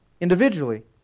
Individually